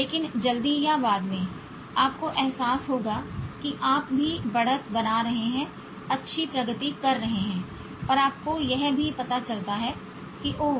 लेकिन जल्दी या बाद में आपको एहसास होगा कि आप भी बढ़त बना रहे हैं अच्छी प्रगति कर रहे हैं और आपको यह भी पता चलता है कि ओह